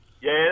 Yes